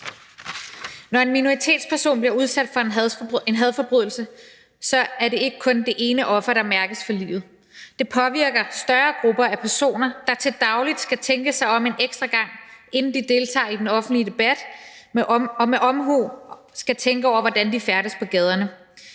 Når en minoritetsperson bliver udsat for en hadforbrydelse, er det ikke kun det ene offer, der mærkes for livet. Det påvirker større grupper af personer, der til daglig skal tænke sig om en ekstra gang, inden de deltager i den offentlige debat, og med omhu skal tænke over, hvordan de færdes på gaden.